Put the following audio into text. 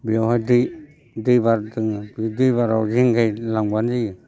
बेवहाय दै बारदों बे दै बाराव जेंगाय लांबानो जायो